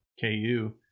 KU